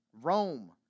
Rome